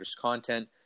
content